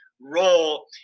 role